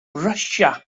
brysia